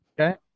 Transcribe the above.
Okay